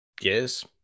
Yes